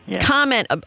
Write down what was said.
Comment